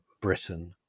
Britain